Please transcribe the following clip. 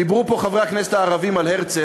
דיברו פה חברי הכנסת הערבים על הרצל.